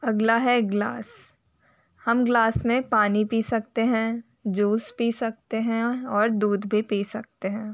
अगला है ग्लास हम ग्लास में पानी पी सकते हैं जूस पी सकते हैं और दूध भी पी सकते हैं